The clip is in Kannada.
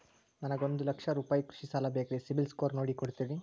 ನನಗೊಂದ ಲಕ್ಷ ರೂಪಾಯಿ ಕೃಷಿ ಸಾಲ ಬೇಕ್ರಿ ಸಿಬಿಲ್ ಸ್ಕೋರ್ ನೋಡಿ ಕೊಡ್ತೇರಿ?